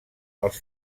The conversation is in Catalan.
els